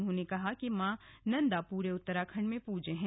उन्होंने कहा कि मां नन्दा पूरे उत्तराखंड में पूज्य हैं